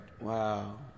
Wow